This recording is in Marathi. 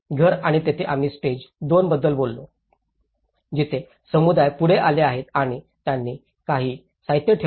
घर आणि येथे आम्ही स्टेज दोन बद्दल बोललो जिथे समुदाय पुढे आले आहेत आणि त्यांनी काही साहित्य ठेवले